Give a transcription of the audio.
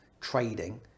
trading